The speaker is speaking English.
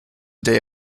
day